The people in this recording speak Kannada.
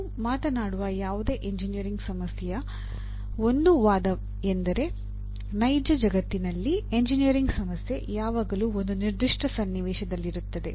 ನೀವು ಮಾತನಾಡುವ ಯಾವುದೇ ಎಂಜಿನಿಯರಿಂಗ್ ಸಮಸ್ಯೆಯ ಒಂದು ವಾದಾಯೆಂದರೆ ನೈಜ ಜಗತ್ತಿನಲ್ಲಿ ಎಂಜಿನಿಯರಿಂಗ್ ಸಮಸ್ಯೆ ಯಾವಾಗಲೂ ಒಂದು ನಿರ್ದಿಷ್ಟ ಸನ್ನಿವೇಶದಲ್ಲಿರುತ್ತದೆ